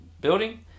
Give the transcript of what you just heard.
building